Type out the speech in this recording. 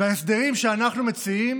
וההסדרים שאנחנו מציעים